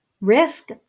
Risk